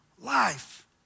life